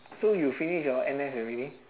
so you finish your N_S already